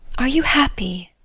are you happy?